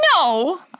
No